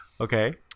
okay